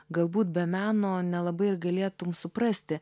galbūt be meno nelabai ir galėtum suprasti